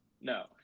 No